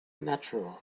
natural